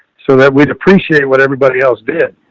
so that we'd appreciate what everybody else did.